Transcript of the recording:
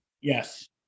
yes